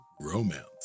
romance